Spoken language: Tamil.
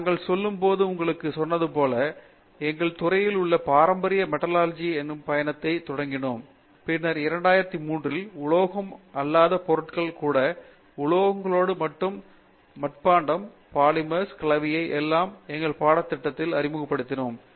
நாங்கள் சொல்லும் போது உங்களுக்கு சொன்னது போல எங்கள் துறையிலுள்ள ஒரு பாரம்பரிய மெட்டாலஜி எனும் பயணத்தைத் தொடங்கினோம் பின்னர் சுமார் 2003 ல் உலோகம் அல்லாத பொருட்கள் கூட உலோகங்களோடு மட்டுமல்ல மட்பாண்டம் பாலிமர்ஸ் கலவை எல்லாம் எங்கள் பாடத்திட்டத்தில் அறிமுகப்படுத்தினோம்